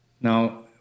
Now